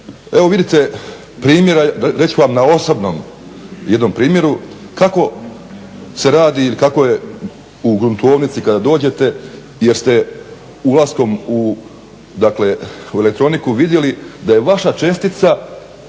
evo vidite primjera, reć ću vam na osobnom jednom primjeru kako se radi ili kako je u gruntovnici kada dođete jer ste ulaskom u elektroniku vidjeli da je vaša čestica